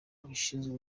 abashinzwe